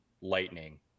lightning